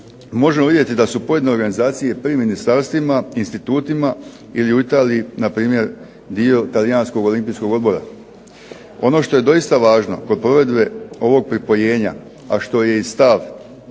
možemo vidjeti da su pojedine organizacije pri ministarstvima, institutima ili u Italiji na primjer dio Talijanskog olimpijskog odbora. Ono što je doista važno kod provedbe ovog pripojenja a što je stav